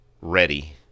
ready